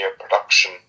production